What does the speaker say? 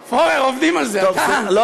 פורר, עובדים על זה, טוב.